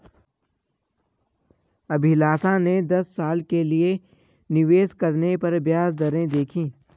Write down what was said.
अभिलाषा ने दस साल के लिए निवेश करने पर ब्याज दरें देखी